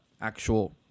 actual